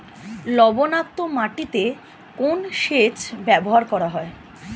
লবণাক্ত মাটিতে কোন সেচ ব্যবহার করা হয়?